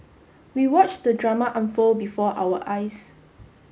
we watched the drama unfold before our eyes